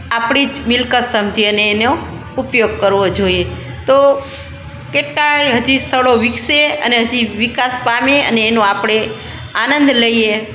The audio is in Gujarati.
આપણી જ મિલકત સમજી અને એનો ઉપયોગ કરવો જોઈએ તો કેટલાંય હજી સ્થળો વિકસે અને હજી વિકાસ પામે અને એનો આપણે આનંદ લઈએ